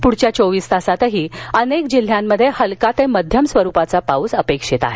पुढील चोबीस तासातही अनेक जिल्ह्यांमध्ये हलका ते मध्यम स्वरुपाचा पाऊस वपेक्षित आहे